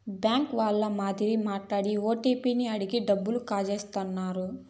bank వాళ్ళ మాదిరి మాట్లాడి ఓటీపీ అడిగి డబ్బులు కాజేత్తన్నారు